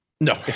No